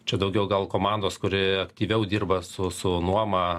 čia daugiau gal komandos kuri aktyviau dirba su su nuoma